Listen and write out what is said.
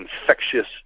infectious